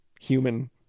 human